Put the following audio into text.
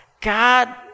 God